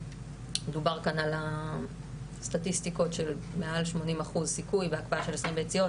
מדובר פה על סטטיסטיקות של מעל 80% סיכוי בהקפאה של 20 ביציות.